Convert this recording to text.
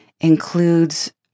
includes